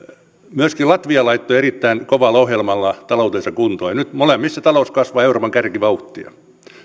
myöskin latvia laittoi erittäin kovalla ohjelmalla taloutensa kuntoon ja nyt molemmissa talous kasvaa euroopan kärkivauhtia